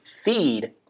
feed